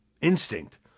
instinct